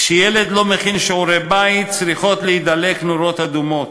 כשילד לא מכין שיעורי-בית צריכות להידלק נורות אדומות.